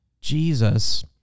Jesus